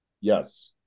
yes